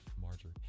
Marjorie